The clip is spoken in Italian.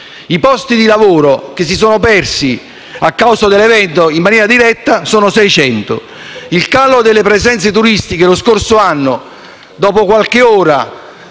i posti di lavoro che si sono persi a causa dell'evento in maniera diretta sono 600, il calo delle presenze turistiche lo scorso anno, dopo qualche ora